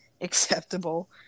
Acceptable